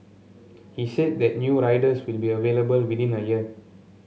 he said that new riders will be available within a year